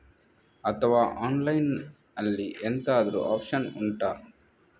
ಅಥವಾ ಆನ್ಲೈನ್ ಅಲ್ಲಿ ಎಂತಾದ್ರೂ ಒಪ್ಶನ್ ಉಂಟಾ